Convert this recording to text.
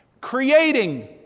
creating